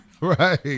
Right